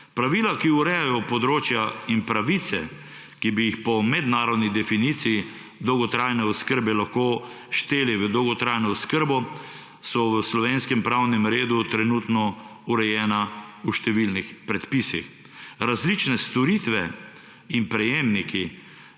Pravila, ki urejajo področja in pravice, ki bi jih po mednarodni definiciji dolgotrajne oskrbe lahko šteli v dolgotrajno oskrbo, so v slovenskem pravnem redu trenutno urejena v številnih predpisih. Različne storitve in prejemniki